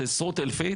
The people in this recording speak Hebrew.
זה עשרות אלפי.